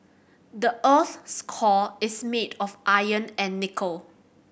the earth's core is made of iron and nickel